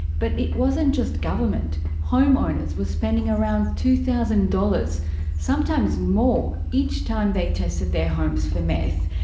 but it wasn't just government. home owners were spending around two thousand dollars sometimes more each time they tested their homes for meth.